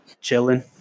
chilling